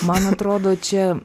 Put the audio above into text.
man atrodo čia